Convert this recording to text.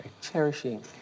Cherishing